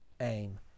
Aim